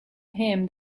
him